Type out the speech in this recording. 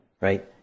Right